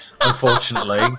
unfortunately